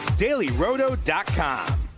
dailyroto.com